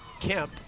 Kemp